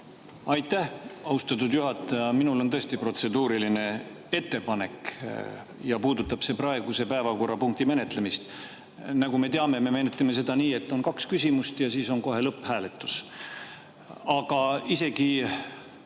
Aitäh, austatud juhataja! Minul on tõesti protseduuriline ettepanek ja see puudutab praeguse päevakorrapunkti menetlemist. Nagu me teame, me menetleme seda nii, et [igal Riigikogu liikmel] on kaks küsimust ja siis on kohe lõpphääletus. Aga isegi